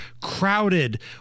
crowded